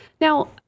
Now